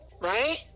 right